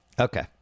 Okay